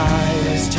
eyes